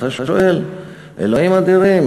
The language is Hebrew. אז אתה שואל: אלוהים אדירים,